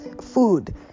food